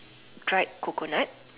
dried coconut